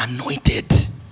anointed